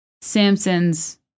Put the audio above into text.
Samson's